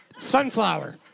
Sunflower